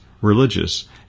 religious